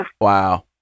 Wow